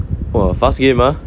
!wah! fast game ah